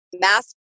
mask